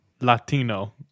latino